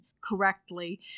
correctly